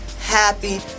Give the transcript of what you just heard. Happy